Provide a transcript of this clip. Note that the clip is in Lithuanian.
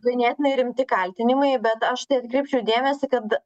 ganėtinai rimti kaltinimai bet aš atkreipčiau dėmesį kad